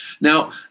Now